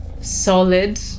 solid